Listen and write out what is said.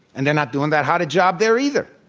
and they're not doing that hot a job there either.